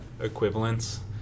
equivalents